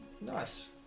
Nice